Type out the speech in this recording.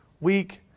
week